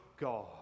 God